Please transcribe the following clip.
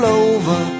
over